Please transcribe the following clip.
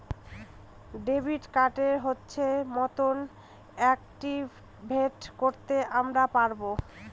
debit কার্ডকে ইচ্ছে মতন অ্যাকটিভেট করতে আমরা পারবো